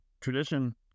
Tradition